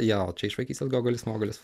jo čia iš vaikystės gogelis mogelis